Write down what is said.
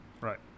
Right